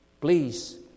please